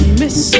miss